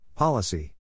Policy